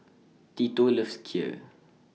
Tito loves Kheer